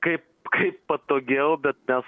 kaip kaip patogiau bet mes